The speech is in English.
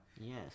Yes